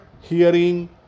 hearing